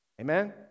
Amen